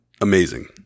amazing